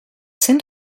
send